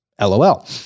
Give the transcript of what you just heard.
LOL